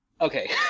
Okay